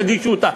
תגישו אותה.